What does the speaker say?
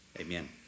Amen